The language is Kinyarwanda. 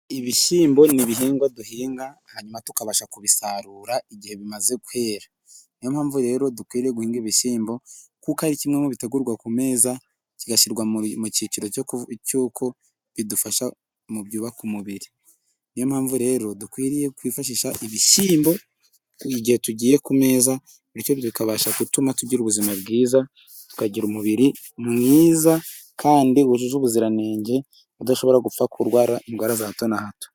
Ibishyimbo ni ibihingwa duhinga hanyuma tukabasha kubisarura igihe bimaze kwera, ni yo mpamvu rero dukwiriye guhinga ibishyimbo kuko ari kimwe mu bitegurwa ku meza, kigashyirwa mu mu cyiciro cyo cy'uko bidufasha mu byubaka umubiri. Ni yo mpamvu rero dukwiriye kwifashisha ibishyimbo igihe tugiye ku meza bityo bikabasha gutuma tugira ubuzima bwiza, tukagira umubiri mwiza kandi wujuje ubuziranenge, udashobora gupfa kurwara indwara za hato na hato.